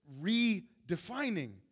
redefining